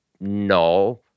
no